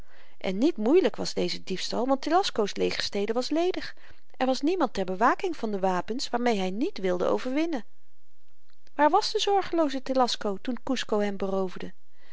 en niet moeielyk was deze diefstal want telasco's legerstede was ledig er was niemand ter bewaking van de wapens waarmeê hy niet wilde overwinnen waar was de zorgelooze telasco toen kusco hem beroofde